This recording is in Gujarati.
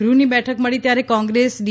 ગૃહની બેઠક મળી ત્યારે કોંગ્રેસ ડી